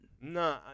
No